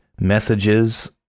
messages